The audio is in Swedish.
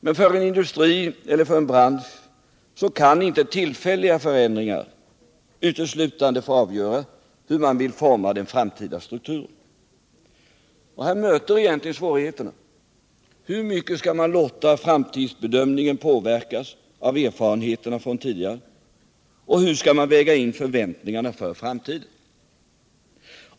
Men för en industri eller en bransch kan inte tillfälliga förändringar uteslutande få avgöra hur man vill forma den framtida strukturen. Här möter den egentliga svårigheten. Hur mycket skall man låta framtidsbedömningar påverkas av erfarenheten från tidigare situationer? Hur skall man väga in förväntningarna för framtiden?